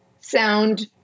sound